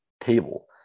table